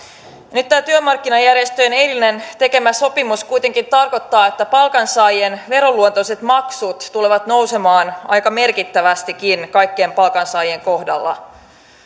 nyt tämä työmarkkinajärjestöjen eilen tekemä sopimus kuitenkin tarkoittaa että palkansaajien veroluontoiset maksut tulevat nousemaan aika merkittävästikin kaikkien palkansaajien kohdalla